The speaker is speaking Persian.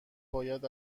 باید